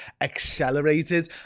accelerated